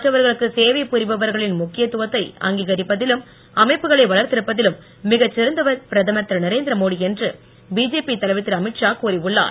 மற்றவர்களுக்கு சேவை புரிபவர்களின் முக்கியத் துவத்தை அங்கீகரிப்பதிலும் அமைப்புகளை வளர்த்தெடுப்பதிலும் மிகச் சிறந்தவர் பிரதமர் திரு நரேந்திரமோடி என்று பிஜேபி தலைவர் திரு அமீத்ஷா கூறி உள்ளார்